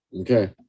Okay